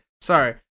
Sorry